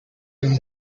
and